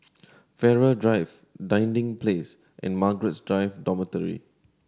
Farrer Drive Dinding Place and Margaret Drive Dormitory